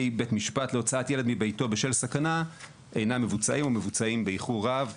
בית משפט להוצאת ילד מביתו בשל סכנה אינה מבוצעים או מבוצעים באיחור רב,